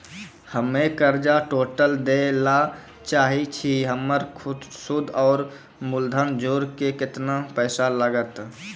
हम्मे कर्जा टोटल दे ला चाहे छी हमर सुद और मूलधन जोर के केतना पैसा लागत?